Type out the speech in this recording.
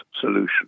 solution